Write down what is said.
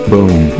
Boom